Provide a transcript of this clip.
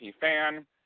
fan